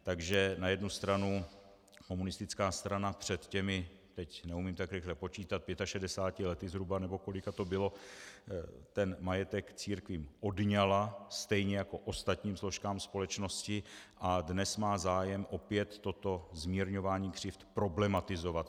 Takže na jednu stranu komunistická strana před těmi teď neumím tak rychle počítat 65 lety zhruba, nebo kolik to bylo, ten majetek církvím odňala stejně jako ostatním složkám společnosti a dnes má zájem opět toto zmírňování křivd problematizovat.